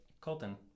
colton